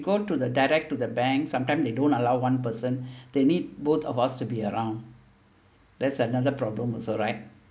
go to the direct to the bank sometime they don't allow one person they need both of us to be around that's another problem also right